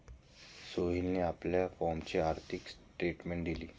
सोहेलने आपल्या फॉर्मचे आर्थिक स्टेटमेंट दिले